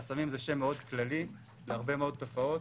וחסמים זה שם מאוד כללי להרבה מאוד תופעות,